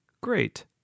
great